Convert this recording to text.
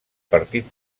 partit